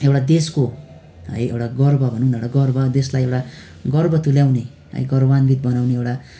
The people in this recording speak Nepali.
एउटा देशको है एउटा गर्व भनौँ न एउटा गर्व देशलाई एउटा गर्व तुल्याउने है गौरवान्वित बनाउने एउटा